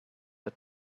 the